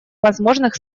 возможных